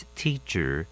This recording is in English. teacher